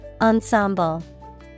Ensemble